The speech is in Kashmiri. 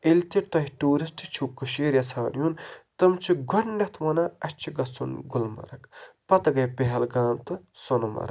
ییٚلہِ تہِ تۄہہِ ٹوٗرِسٹ چھُو کٔشیٖرِ یَژھان یُن تِم چھِ گۄڈٕنٮ۪تھ وَنان اَسہِ چھُ گژھُن گُلمرگ پَتہٕ گٔے پہلگام تہٕ سۄنہٕ مَرگ